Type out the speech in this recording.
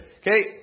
okay